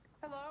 Hello